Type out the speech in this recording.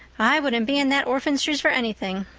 i wouldn't be in that orphan's shoes for anything.